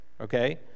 Okay